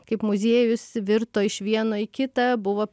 kaip muziejus virto iš vieno į kitą buvo